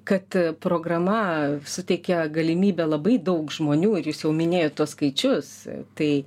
kad programa suteikia galimybę labai daug žmonių ir jūs jau minėjot tuos skaičius tai